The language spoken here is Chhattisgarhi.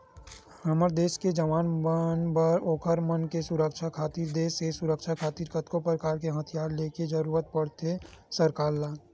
हमर देस के जवान मन बर ओखर मन के सुरक्छा खातिर देस के सुरक्छा खातिर कतको परकार के हथियार ले के जरुरत पड़थे सरकार ल